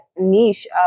niche